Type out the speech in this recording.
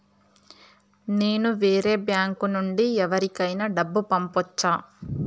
నేను వేరే బ్యాంకు నుండి ఎవరికైనా డబ్బు పంపొచ్చా?